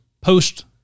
post